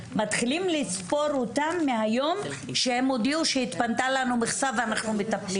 מתחילים לספור אותם מהיום שהם הודיעו שהתפנתה לנו מכסה ואנחנו מטפלים.